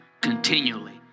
continually